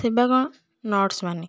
ସେବା କ'ଣ ନର୍ସମାନେ